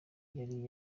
yari